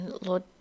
lord